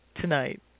tonight